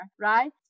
right